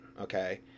Okay